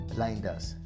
Blinders